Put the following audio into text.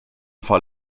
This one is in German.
vor